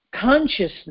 Consciousness